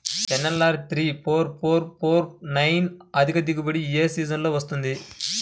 NLR three four four four nine అధిక దిగుబడి ఏ సీజన్లలో వస్తుంది?